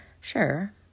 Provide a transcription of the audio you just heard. Sure